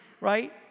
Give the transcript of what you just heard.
right